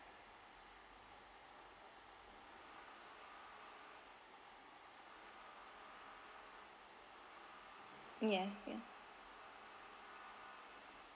yes yes